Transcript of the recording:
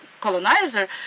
colonizer